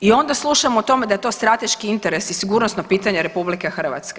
I onda slušamo o tome da je to strateški interes i sigurnosno pitanje RH.